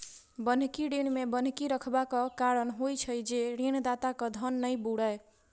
बन्हकी ऋण मे बन्हकी रखबाक कारण होइत छै जे ऋणदाताक धन नै बूड़य